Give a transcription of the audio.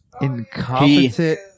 Incompetent